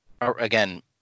Again